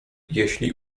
jeśli